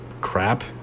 crap